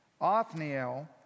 Othniel